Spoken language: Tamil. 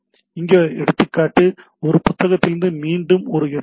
இங்கே எடுத்துக்காட்டு அந்த புத்தகத்திலிருந்து மீண்டும் ஒரு எடுத்துக்காட்டு